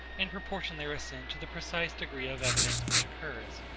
and proportion their assent to the precise degree of evidence which occurs.